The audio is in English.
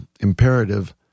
imperative